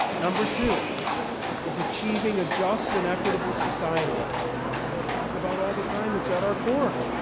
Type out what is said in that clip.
number two is achieving a just and equitable society. something we talk about all the time. it's at our core.